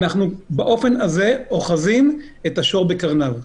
באופן הזה אנחנו אוחזים את השור בקרניו.